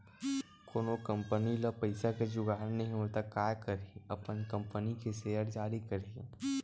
कोनो कंपनी ल पइसा के जुगाड़ नइ होवय त काय करही अपन कंपनी के सेयर जारी करही